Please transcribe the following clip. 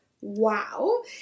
Wow